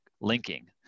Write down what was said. linking